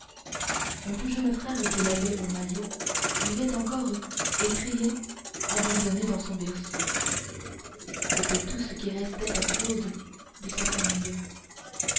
tout jeune frère qu'il avait au maillot vivait encore et criait abandonné dans son berceau c'était tout ce qui restait à claude de sa famille